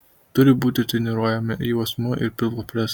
turi būti treniruojami juosmuo ir pilvo presas